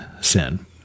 sin